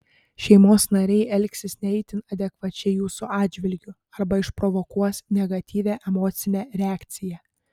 šeimos nariai elgsis ne itin adekvačiai jūsų atžvilgiu arba išprovokuos negatyvią emocinę reakciją